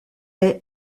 est